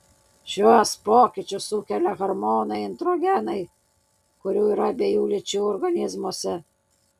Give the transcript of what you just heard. šiuos pokyčius sukelia hormonai androgenai kurių yra abiejų lyčių organizmuose